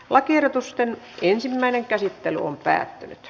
lakiehdotusten ensimmäinen käsittely päättyi